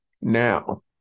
now